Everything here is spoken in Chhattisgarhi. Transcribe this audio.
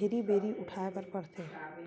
घेरी भेरी उठाए बर परथे